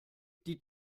die